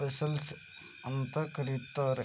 vessels ಅಂತ ಕರೇತಾರ